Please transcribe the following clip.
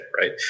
right